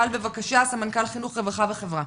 סמנכ"ל חינוך, רווחה וחברה,